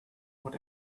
what